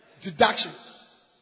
Deductions